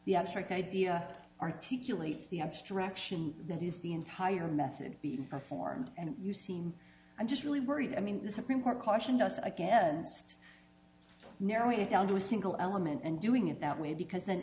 the abstract idea articulate is the abstraction that is the entire message beaten performed and you seem i'm just really worried i mean the supreme court cautioned us against narrowing it down to a single element and doing it that way because then